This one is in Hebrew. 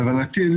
להבנתי,